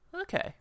okay